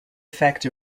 effect